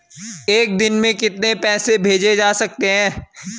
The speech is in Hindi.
एक दिन में कितने पैसे भेजे जा सकते हैं?